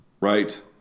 Right